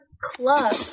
Club